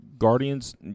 Guardians